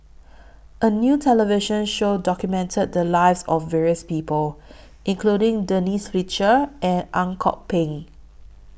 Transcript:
A New television Show documented The Lives of various People including Denise Fletcher and Ang Kok Peng